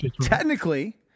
technically